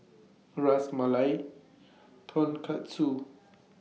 Ras Malai Tonkatsu